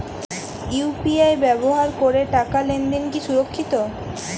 UPI ব্যবহার করে টাকা লেনদেন কি সুরক্ষিত?